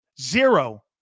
Zero